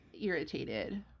irritated